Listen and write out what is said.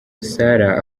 sarah